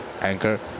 Anchor